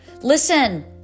Listen